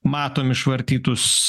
matom išvartytus